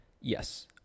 Yes